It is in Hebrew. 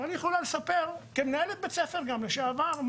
היא יכולה לספר גם כמנהלת בית ספר לשעבר,